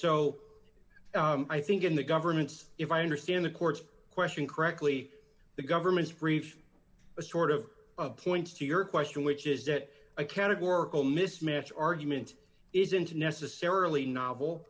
so i think in the government's if i understand the court's question correctly the government's brief a sort of points to your question which is that a categorical mismatch argument isn't to necessarily novel